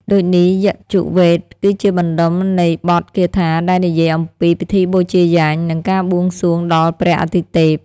ដូចនេះ យជុវ៌េទគឺជាបណ្ដុំនៃបទគាថាដែលនិយាយអំពី ពិធីបូជាយញ្ញ និងការបួងសួងដល់ព្រះអាទិទេព។